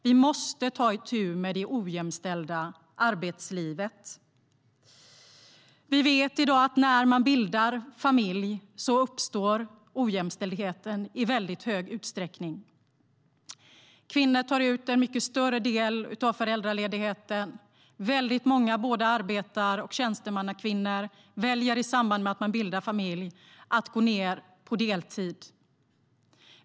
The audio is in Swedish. Vi måste ta itu med det ojämställda arbetslivet. Vi vet att det i stor utsträckning är när man bildar familj som ojämställdheten uppstår. Kvinnor tar ut en mycket större del av föräldraledigheten. Väldigt många arbetar, och tjänstemannakvinnor väljer att gå ned på deltid i samband med att de bildar familj.